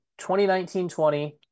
2019-20